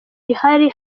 ihari